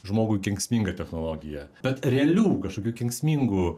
žmogui kenksminga technologija tad realių kažkokių kenksmingų